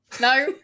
No